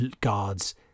guards